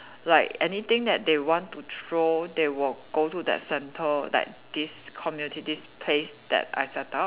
like anything that they want to throw they will go to that centre like this community this place that I set up